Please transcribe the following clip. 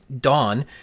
Dawn